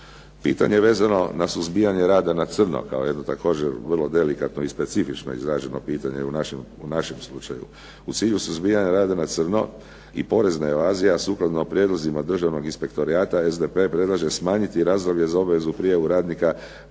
Pitanje vezano na suzbijanje rada na crno kao također jedno delikatno i specifično izraženo pitanje u našem slučaju. U cilju suzbijanja rada na crno i porezna evazija suprotna prijedlozima državnog inspektorata SDP predlaže smanjiti razdoblje za obavezu prijave radnika na